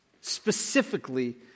specifically